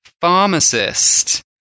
pharmacist